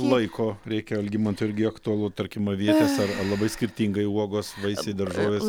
laiko reikia algimantui irgi aktualu tarkim avietės ar labai skirtingai uogos vaisiai daržovės